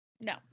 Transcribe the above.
no